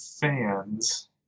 fans